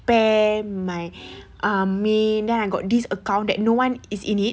spam my um main then I got this account that no one is in it